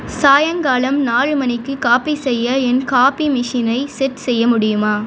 சாயங்காலம் நான்கு மணிக்கு காபி செய்ய என் காபி மெஷீனை செட் செய்ய முடியுமா